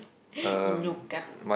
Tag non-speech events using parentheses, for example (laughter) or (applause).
(breath)